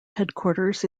headquarters